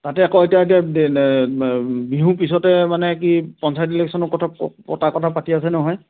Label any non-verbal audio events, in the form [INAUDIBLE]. তাতে আকৌ এতিয়া [UNINTELLIGIBLE] এতিয়া বিহু পিছতে মানে কি পঞ্চায়ত ইলেকশ্যনৰ কথা [UNINTELLIGIBLE] কথা পাতি আছে নহয়